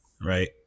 Right